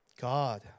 God